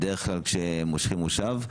בדרך כלל כשמושכים מושב,